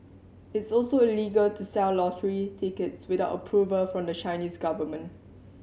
it's also illegal to sell lottery tickets without approval from the Chinese government